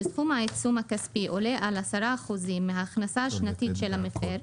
שסכום העיצום הכספי עולה על 10% מההכנסה השנתית של המפר,